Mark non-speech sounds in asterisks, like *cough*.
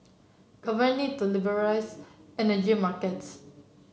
*unintelligible* need to liberalise energy markets